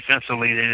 defensively